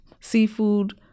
seafood